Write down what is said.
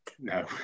No